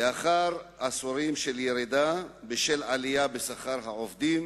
לאחר עשורים של ירידה, בשל עלייה בשכר העובדים